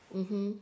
mmhmm